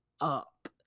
up